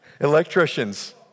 Electricians